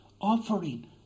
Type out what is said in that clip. offering